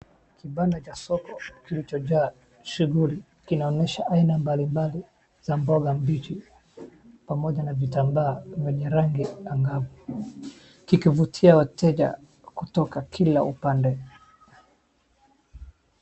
Kibanda cha soko kilichojaa shughuli kinaonyesha aina mbalimbali za mboga mbichi, pamoja na vitambaa vyenye rangi ya kavu, kikivutia wateja kutoka kila upande.